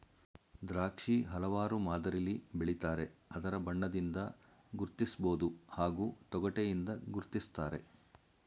ದ್ರಾಕ್ಷಿ ಹಲವಾರು ಮಾದರಿಲಿ ಬೆಳಿತಾರೆ ಅದರ ಬಣ್ಣದಿಂದ ಗುರ್ತಿಸ್ಬೋದು ಹಾಗೂ ತೊಗಟೆಯಿಂದ ಗುರ್ತಿಸ್ತಾರೆ